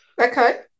okay